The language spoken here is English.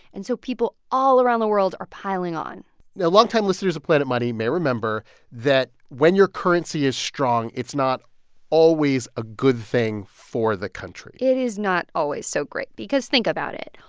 and so people all around the world are piling on now longtime listeners of planet money may remember that when your currency is strong, it's not always a good thing for the country it is not always so great because think about it.